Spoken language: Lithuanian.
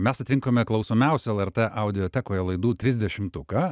mes atrinkome klausomiausią lrt audiotekoje laidų trisdešimtuką